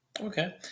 Okay